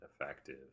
effective